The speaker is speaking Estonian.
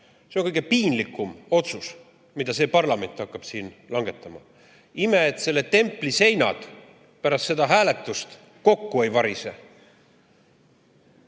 See on kõige piinlikum otsus, mida see parlament hakkab siin langetama. Ime, kui selle templi seinad pärast hääletust kokku ei varise.